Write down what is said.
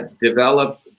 develop